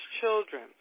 children